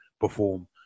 perform